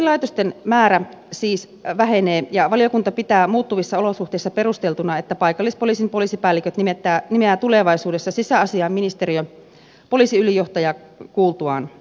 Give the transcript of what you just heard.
poliisilaitosten määrä siis vähenee ja valiokunta pitää muuttuvissa olosuhteissa perusteltuna että paikallispoliisin poliisipäälliköt nimeää tulevaisuudessa sisäasiainministeriö poliisiylijohtajaa kuultuaan